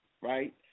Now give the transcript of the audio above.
right